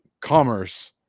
Commerce